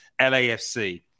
LAFC